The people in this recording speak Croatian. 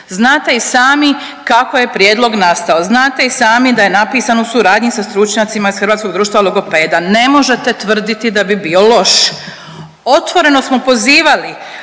Znate i sami kako je prijedlog nastao. Znate i sami da je napisan u suradnji sa stručnjacima iz Hrvatskog društva logopeda, ne možete tvrditi da bi bio loš. Otvoreno smo pozivali